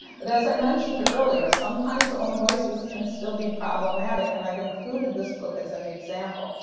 but as i mentioned earlier, sometimes own voices can still be problematic, and i've included this book as an example.